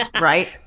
Right